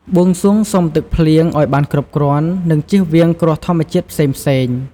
បួងសួងសុំទឹកភ្លៀង ឱ្យបានគ្រប់គ្រាន់ និងជៀសវាងគ្រោះធម្មជាតិផ្សេងៗ។